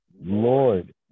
Lord